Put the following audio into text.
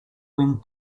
wind